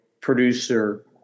producer